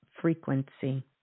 frequency